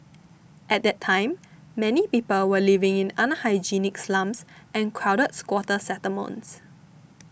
at that time many people were living in unhygienic slums and crowded squatter settlements